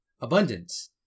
Abundance